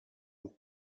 und